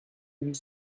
huit